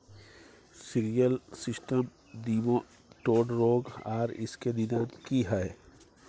Cereal system nematode रोग आर इसके निदान की हय?